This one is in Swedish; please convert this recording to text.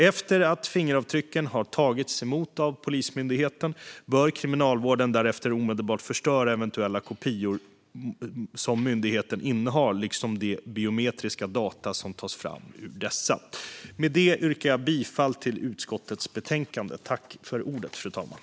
Efter att fingeravtrycken har tagits emot av Polismyndigheten bör Kriminalvården därefter omedelbart förstöra eventuella kopior som myndigheten innehar, liksom de biometriska data som tas fram ur dessa. Fru talman! Jag yrkar bifall till utskottets förslag i betänkandet.